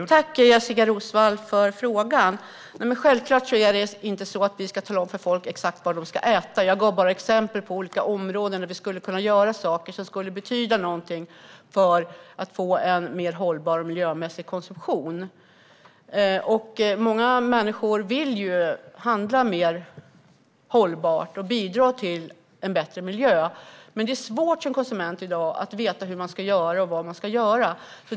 Herr talman! Tack, Jessika Roswall, för frågan! Självklart ska vi inte tala om för människor exakt vad de ska äta. Jag gav bara exempel på olika områden där vi skulle kunna göra saker som skulle betyda någonting när det gäller att få en mer hållbar och miljömässig konsumtion. Många människor vill handla mer hållbart och bidra till en bättre miljö. Men det är svårt som konsument i dag att veta hur man ska göra och vad man ska göra.